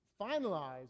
finalize